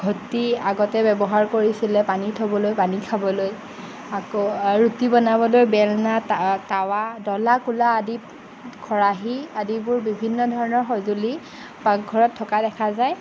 ঘটি আগতে ব্যৱহাৰ কৰিছিলে পানী থ'বলৈ পানী খাবলৈ আকৌ ৰুটি বনাবলৈ বেলনা ত টাৱা ডলা কুলা আদি খৰাহী আদিবোৰ বিভিন্ন ধৰণৰ সঁজুলি পাকঘৰত থকা দেখা যায়